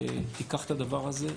תיקח את הדבר הזה,